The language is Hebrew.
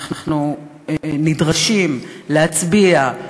אנחנו נדרשים להצביע,